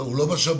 הוא לא בשמיים,